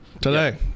today